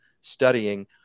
studying